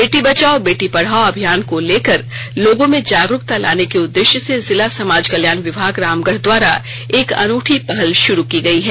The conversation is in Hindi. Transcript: बेटी बचाओ बेटी पढ़ाओ अभियान को लेकर लोगों में जागरूकता लाने के उद्देश्य से जिला समाज कल्याण विभाग रामगढ द्वारा एक अनुठी पहल शुरू की गई है